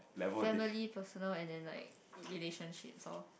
family personal and then like relationships lor